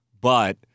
but-